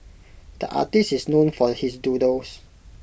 the artist is known for his doodles